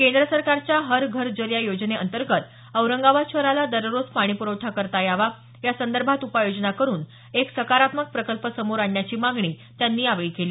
केंद्र सरकारच्या हर घर जल या योजनेअंतर्गत औरंगाबाद शहराला दररोज पाणी पुरवठा करता यावा यासंदर्भात उपाय योजना करुन एक सकारात्मक प्रकल्प समोर आणण्याची मागणी त्यांनी यावेळी केली